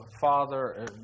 father